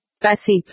Passive